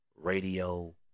radio